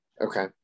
okay